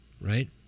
right